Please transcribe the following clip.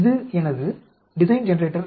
இது எனது design generator